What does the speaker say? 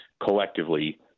collectively